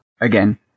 again